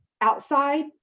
outside